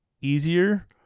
easier